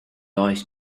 ice